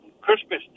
Christmas